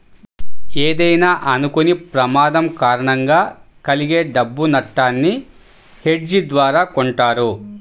ఏదైనా అనుకోని ప్రమాదం కారణంగా కలిగే డబ్బు నట్టాన్ని హెడ్జ్ ద్వారా కొంటారు